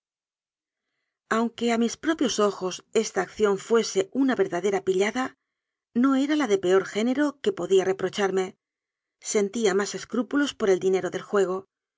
aunque a mis propios ojos esta acción fuese una verdadera pillada no era la de peor género que podía reprocharme sentía más escrúpulos por el dinero del juego